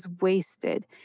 wasted